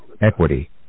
equity